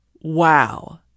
Wow